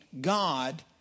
God